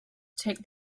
take